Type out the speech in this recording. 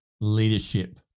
leadership